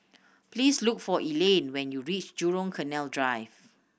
please look for Elayne when you reach Jurong Canal Drive